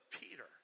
Peter